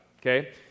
okay